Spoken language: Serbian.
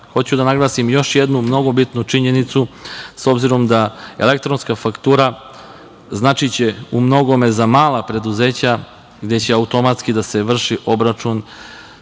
rade. Hoću da naglasim još jednu mnogo bitnu činjenicu, s obzirom da elektronska faktura, značiće u mnogome za mala preduzeća gde će automatski da se vrši obračun